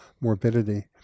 morbidity